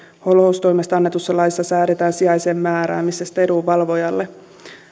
holhoustoimesta annetussa laissa säädetään sijaisen määräämisestä edunvalvojalle